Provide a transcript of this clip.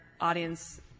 audience